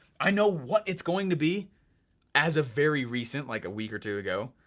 i know what it's going to be as of very recent, like a week or two ago.